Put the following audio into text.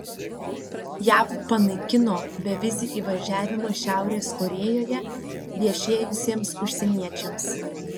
jav panaikino bevizį įvažiavimą šiaurės korėjoje viešėjusiems užsieniečiams